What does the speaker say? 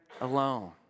alone